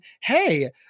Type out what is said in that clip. hey